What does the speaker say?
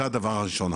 זה הדבר הראשון,